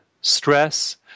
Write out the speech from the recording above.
stress